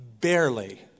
barely